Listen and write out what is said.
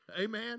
Amen